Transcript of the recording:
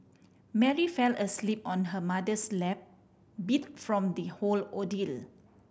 Mary fell asleep on her mother's lap beat from the whole ordeal